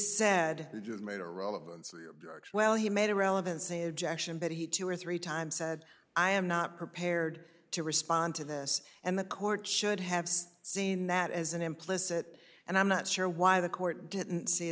relevancy well he made a relevancy objection but he two or three times said i am not prepared to respond to this and the court should have seen that as an implicit and i'm not sure why the court didn't see